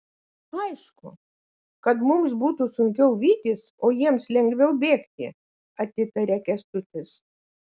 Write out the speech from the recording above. aišku kad mums būtų sunkiau vytis o jiems lengviau bėgti atitaria kęstutis